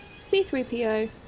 C-3PO